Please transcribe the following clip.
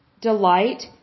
delight